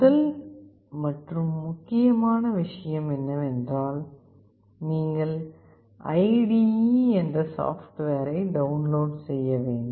முதல் மற்றும் முக்கிய விஷயம் என்னவென்றால் நீங்கள் ஐடிஈ என்ற சாஃப்ட்வேரை டவுன்லோட் செய்ய வேண்டும்